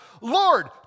Lord